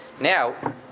now